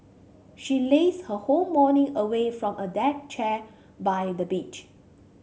she lazed her whole morning away from a deck chair by the beach